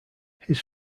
his